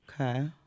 okay